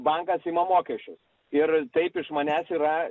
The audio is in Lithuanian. bankas ima mokesčius ir taip iš manęs yra